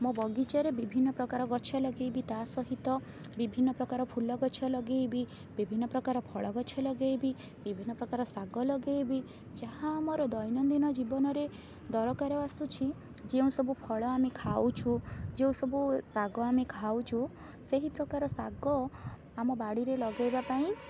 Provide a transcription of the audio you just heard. ମୋ ବଗିଚାରେ ବିଭିନ୍ନ ପ୍ରକାର ଗଛ ଲଗାଇବି ତା ସହିତ ବିଭିନ୍ନ ପ୍ରକାର ଫୁଲ ଗଛ ଲଗାଇବି ବିଭିନ୍ନ ପ୍ରକାର ଫଳ ଗଛ ଲଗାଇବି ବିଭିନ୍ନ ପ୍ରକାର ଶାଗ ଲଗାଇବି ଯାହା ଆମର ଦୈନଦିନ ଜୀବନରେ ଦରକାର ଆସୁଛି ଯେଉଁସବୁ ଫଳ ଆମେ ଖାଉଛୁ ଯେଉଁସବୁ ଶାଗ ଆମେ ଖାଉଛୁ ସେହି ପ୍ରକାର ଶାଗ ଆମ ବାଡ଼ିରେ ଲଗାଇବା ପାଇଁ